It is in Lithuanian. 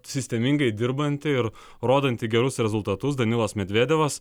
sistemingai dirbanti ir rodanti gerus rezultatus danilas medvedevas